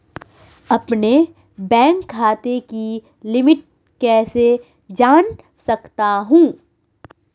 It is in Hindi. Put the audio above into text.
अपने बैंक खाते की लिमिट कैसे जान सकता हूं?